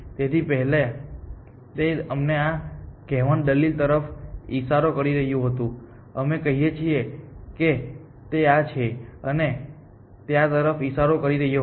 તેથી પહેલા તે અમને આ કહેવાની દલીલ તરફ ઇશારો કરી રહ્યું હતું અમે કહીએ છીએ કે તે આ છે અને તે આ તરફ ઇશારો કરી રહ્યો હતો